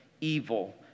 evil